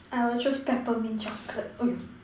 I will choose Peppermint chocolate um